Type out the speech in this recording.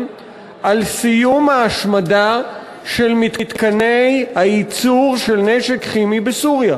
על סיום ההשמדה של מתקני הייצור של נשק כימי בסוריה.